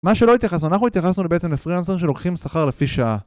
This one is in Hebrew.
מה שלא התייחסנו, אנחנו התייחסנו בעצם לפרילנסרים שלוקחים שכר לפי שעה.